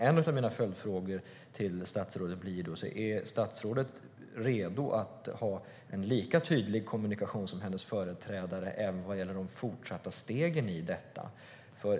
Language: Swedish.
En av mina följdfrågor till statsrådet blir då: Är statsrådet redo att ha en lika tydlig kommunikation som hennes företrädare vad gäller de fortsatta stegen i detta?